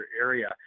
area